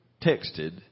texted